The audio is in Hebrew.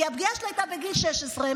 כי הפגיעה שלה הייתה בגיל 16,